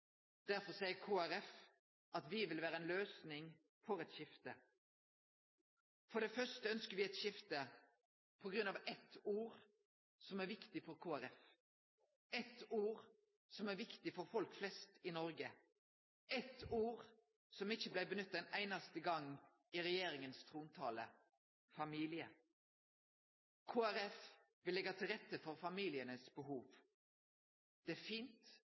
Derfor seier Kristeleg Folkeparti at me vil vere ei løysing for eit skifte. For det første ønskjer me eit skifte på grunn av eit ord som er viktig for Kristeleg Folkeparti, eit ord som er viktig for folk flest i Noreg, eit ord som ikkje blei nytta ein einaste gong i regjeringas trontale: familie. Kristeleg Folkeparti vil leggje til rette for familianes behov. Det er fint